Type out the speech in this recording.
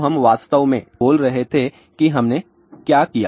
तो हम वास्तव में बोल रहे थे कि हमने क्या किया